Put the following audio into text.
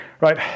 Right